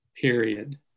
period